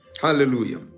Hallelujah